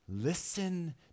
Listen